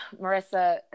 Marissa